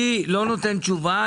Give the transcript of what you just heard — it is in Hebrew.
אני לא נותן תשובה,